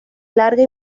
larga